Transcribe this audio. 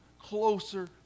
closer